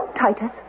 Titus